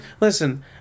Listen